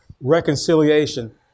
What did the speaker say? reconciliation